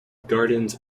gardens